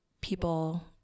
people